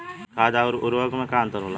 खाद्य आउर उर्वरक में का अंतर होला?